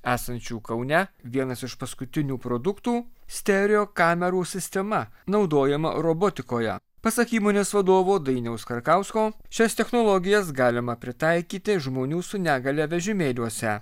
esančių kaune vienas iš paskutinių produktų stereo kamerų sistema naudojama robotikoje pasak įmonės vadovo dainiaus karkausko šias technologijas galima pritaikyti žmonių su negalia vežimėliuose